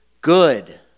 good